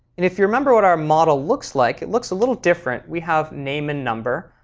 and if you remember what our model looks like, it looks a little different. we have name and number.